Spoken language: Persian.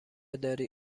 داری